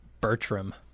Bertram